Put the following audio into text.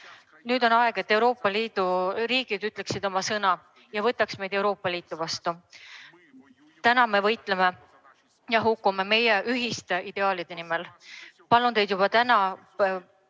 Nüüd on aeg, et Euroopa Liidu riigid ütleksid oma sõna ja võtaksid meid Euroopa Liitu vastu. Täna me võitleme ja hukkume meie ühiste ideaalide nimel. Palun teid juba täna